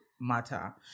matter